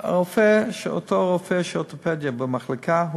אותו רופא אורתופדיה במחלקה,